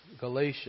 Galatia